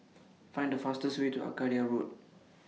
Find The fastest Way to Arcadia Road